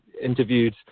interviewed